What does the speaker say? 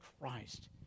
Christ